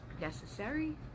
necessary